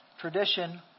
tradition